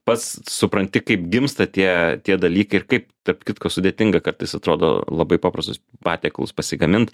pats supranti kaip gimsta tie tie dalykai ir kaip tarp kitko sudėtinga kartais atrodo labai paprastus patiekalus pasigamint